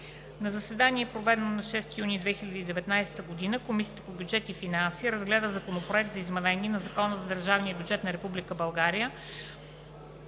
На заседание, проведено на 6 юни 2019 г., Комисията по бюджет и финанси разгледа Законопроект за изменение на Закона за държавния бюджет на Република България